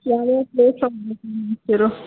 ಯಾವ ಯಾವ ಪ್ಲೇಸ